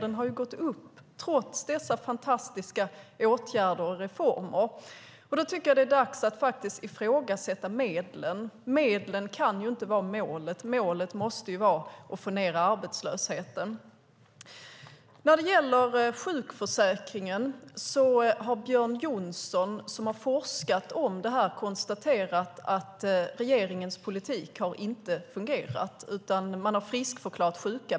Den har ökat, trots dessa fantastiska åtgärder och reformer. Det är dags att ifrågasätta medlen. Medlen kan inte vara målet. Målet måste vara att sänka arbetslösheten. Björn Johnson, som har forskat om sjukförsäkringen, har konstaterat att regeringens politik inte har fungerat. Sjuka människor har friskförklarats.